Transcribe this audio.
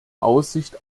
aussicht